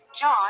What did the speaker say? John